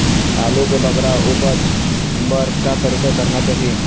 आलू के बगरा उपज बर का तरीका करना चाही?